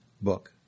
book